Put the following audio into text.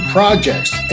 Projects